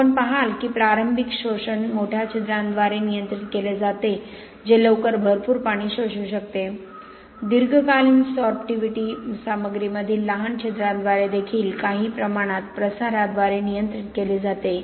आपण पहाल की प्रारंभिक शोषण मोठ्या छिद्रांद्वारे नियंत्रित केले जाते जे लवकर भरपूर पाणी शोषू शकते दीर्घकालीन सॉर्पटीविटी सामग्रीमधील लहान छिद्रांद्वारे देखील काही प्रमाणात प्रसाराद्वारे नियंत्रित केली जाते